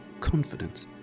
confidence